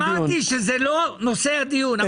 אמרתי שזה לא נושא הדיון.